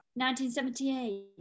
1978